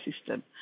system